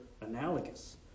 analogous